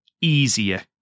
easier